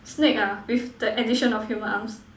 snake ah with the addition of human arms